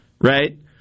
right